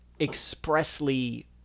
expressly